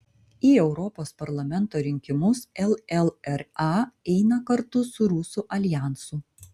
į europos parlamento rinkimus llra eina kartu su rusų aljansu